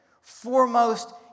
foremost